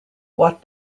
what